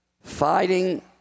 fighting